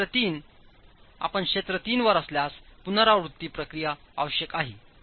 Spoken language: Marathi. क्षेत्र 3आपण क्षेत्र 3 वर असल्यास पुनरावृत्ती प्रक्रियाआवश्यक आहे